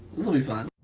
this will be fun